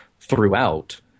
throughout